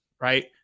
right